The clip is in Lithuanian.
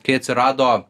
kai atsirado